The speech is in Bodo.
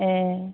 ए